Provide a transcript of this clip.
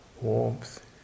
warmth